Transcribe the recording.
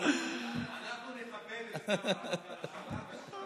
יהיה רק בחברה הערבית.